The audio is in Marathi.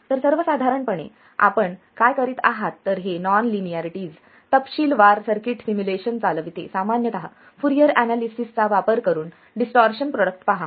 तर सर्वसाधारणपणे आपण काय करीत आहात तर हे नॉन लिनियरिटिजसह तपशीलवार सर्किट सिम्युलेशन चालविते सामान्यत फूरियर एनालिसिस चा वापर करून डिस्टॉर्शन प्रोडक्ट पहा